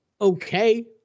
okay